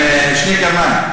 עם שתי קרניים.